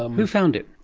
um who found it?